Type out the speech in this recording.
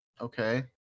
Okay